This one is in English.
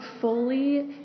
fully